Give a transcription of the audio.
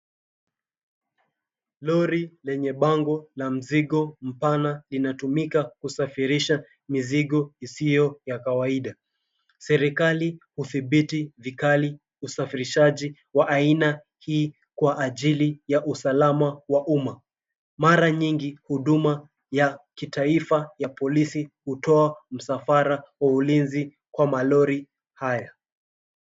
Lori lenye bango la mzigo mpana inatumika kusafirisha mizigo isio ya kawaida. Serikali hudhibiti vikali usafirishaji wa aina hii kwa ajili ya usalama wa umma. Mara nyingi huduma ya kitaifa ya polisi hutoa msafara wa ulinzi kwa malori haya.